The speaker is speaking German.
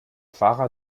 fahrer